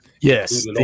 yes